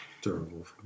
Terrible